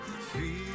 feel